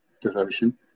devotion